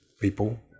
people